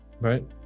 Right